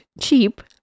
cheap